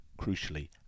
crucially